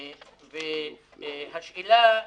והשאלה,